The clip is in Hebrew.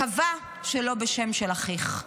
מקווה שלא בשם של אחיך.